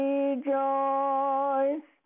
Rejoice